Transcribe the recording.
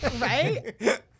Right